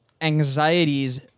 anxieties